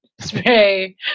spray